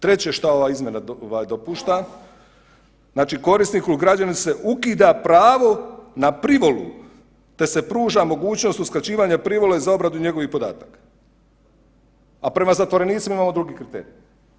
Treće šta ova izmjena dopušta, znači korisniku ili građaninu se ukida pravo na privolu te se pruža mogućnost uskraćivanja privole za obradu njegovih podataka, a prema zatvorenicima … drugi kriterij.